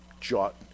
jot